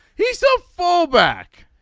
he's a fallback.